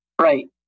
Right